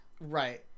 right